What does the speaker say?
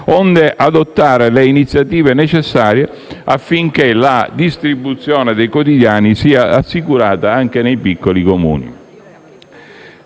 onde adottare le iniziative necessarie affinché la distribuzione dei quotidiani sia assicurata anche nei piccoli Comuni.